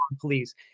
please